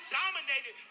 dominated